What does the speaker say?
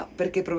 perché